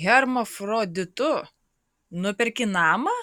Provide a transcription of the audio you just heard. hermafroditu nuperki namą